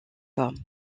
formes